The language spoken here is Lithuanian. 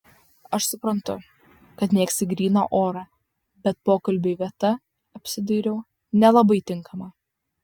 aš suprantu kad mėgsti gryną orą bet pokalbiui vieta apsidairiau nelabai tinkama